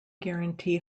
guarantee